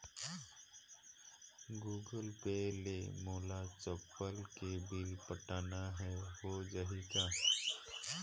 Google Pay ले मोल चपला के बिल पटाना हे, हो जाही का?